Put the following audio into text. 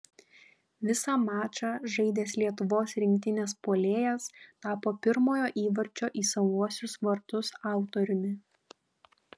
visą mačą žaidęs lietuvos rinktinės puolėjas tapo pirmojo įvarčio į savuosius vartus autoriumi